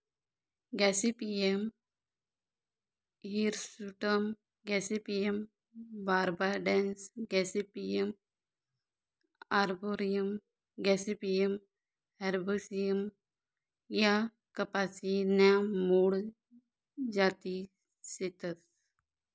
Gossypium hirsutum gossypium barbadense gossypium arboreum gossypium herbaceum ह्या कपाशी न्या मूळ जाती शेतस